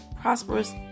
prosperous